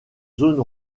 zone